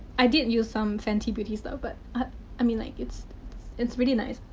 i did use some fenty beauty stuff, but i mean like it's it's really nice.